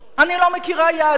אני לא מכירה יהדות